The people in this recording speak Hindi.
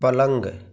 पलंग